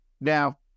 Now